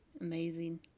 Amazing